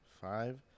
five